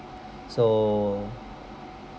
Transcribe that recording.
so